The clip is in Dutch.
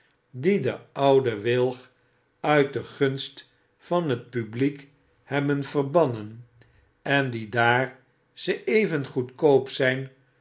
die den ouden wilg uit de gunst van het publiek hebben verbatmen en die daar ze even goedkoop zyn